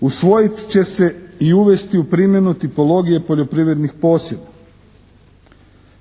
Usvojit će se i uvesti u primjenu tipologije poljoprivrednih posjeda.